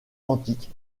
antique